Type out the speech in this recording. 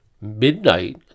midnight